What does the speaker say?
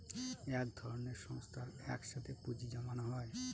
এক ধরনের সংস্থায় এক সাথে পুঁজি জমানো হয়